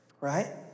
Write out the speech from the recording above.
right